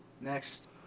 next